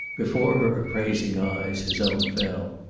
before her appraising eyes his own fell.